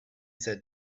said